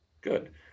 Good